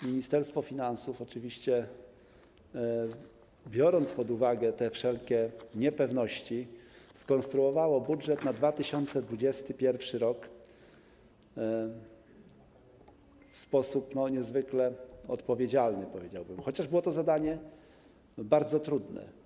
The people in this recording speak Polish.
Ministerstwo Finansów, biorąc pod uwagę te wszelkie niepewności, skonstruowało budżet na 2021 r. w sposób niezwykle odpowiedzialny, powiedziałbym, chociaż było to zadanie bardzo trudne.